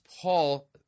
Paul